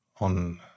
on